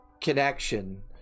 connection